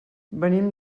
venim